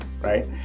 right